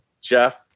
Jeff